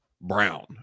Brown